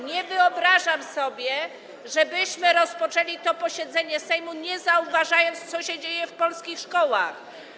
Nie wyobrażam sobie, żebyśmy rozpoczęli to posiedzenie Sejmu, nie zauważając, co się dzieje w polskich szkołach.